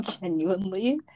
genuinely